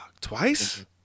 twice